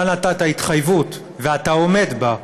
אתה נתת התחייבות, ואתה עומד בה,